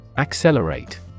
Accelerate